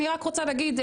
אני רק רוצה להגיד,